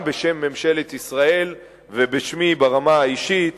בשם ממשלת ישראל ובשמי ברמה האישית,